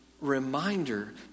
reminder